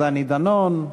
דני דנון,